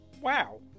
wow